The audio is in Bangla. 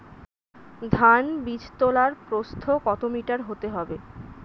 ধান বীজতলার প্রস্থ কত মিটার হতে হবে?